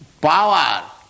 power